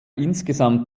insgesamt